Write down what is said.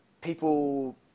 people